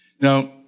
Now